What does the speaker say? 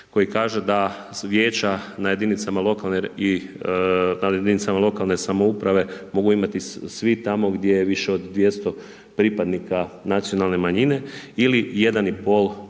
koji kaže, da Vijeća na jedinicama lokalne samouprave mogu imati svi tamo gdje više od 200 pripadnika nacionalne manjine ili 1,5% birača.